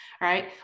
right